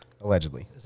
Allegedly